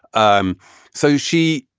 um so she,